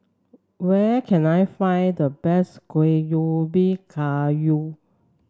where can I find the best Kuih Ubi Kayu